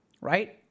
Right